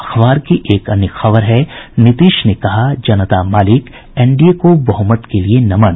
अखबार की एक अन्य खबर है नीतीश ने कहा जनता मालिक एनडीए को बहुमत के लिए नमन